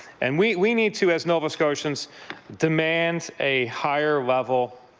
and we we need to as nova scotians demand a higher level